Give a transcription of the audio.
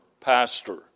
pastor